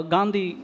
Gandhi